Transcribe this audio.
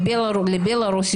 יוצאים לבלרוס,